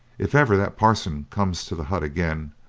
if ever that parson comes to the hut again,